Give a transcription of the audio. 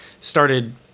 started